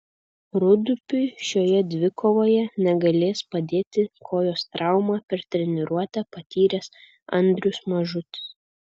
rūdupiui šioje dvikovoje negalės padėti kojos traumą per treniruotę patyręs andrius mažutis